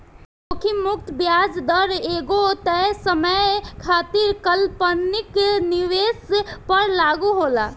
जोखिम मुक्त ब्याज दर एगो तय समय खातिर काल्पनिक निवेश पर लागू होला